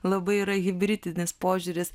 labai yra hibridinis požiūris